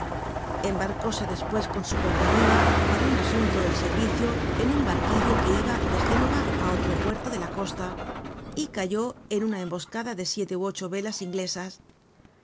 adelante embarcóse despues con su compañía para un asunto del servicio en un barquillo que iba de génova á otro puerto de la costa y cayó en una emboscada de siete ú ocho velas inglesas el